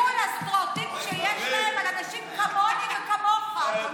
כל הסטריאוטיפ שיש להם על אנשים כמוני וכמוך.